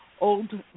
old